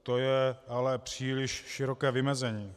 To je ale příliš široké vymezení.